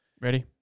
Ready